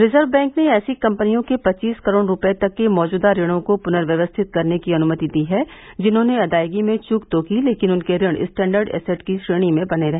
reserve bank ने ऐसी कंपनियों के पच्चीस करोड़ रुपये तक के मौजूदा ऋणों को पुर्नव्यवस्थित करने की अनुमति दी है जिन्होंने अदायगी में चूक तो की लेकिन उनके ऋण स्टैंडर्ड एसेट की श्रेणी में बने रहे